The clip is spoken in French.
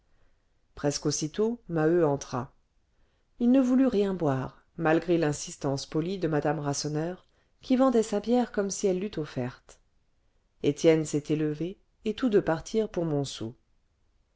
presque aussitôt maheu entra il ne voulut rien boire malgré l'insistance polie de madame rasseneur qui vendait sa bière comme si elle l'eût offerte étienne s'était levé et tous deux partirent pour